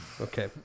Okay